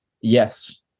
yes